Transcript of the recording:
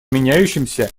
меняющемся